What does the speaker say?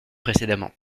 précédemment